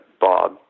Bob